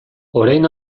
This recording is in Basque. orain